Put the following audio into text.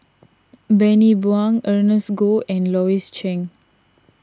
Bani Buang Ernest Goh and Louis Chen